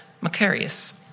Macarius